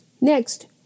Next